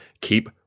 keep